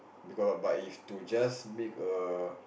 because but if to just make a